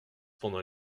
pendant